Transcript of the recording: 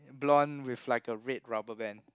blond with like a red rubber band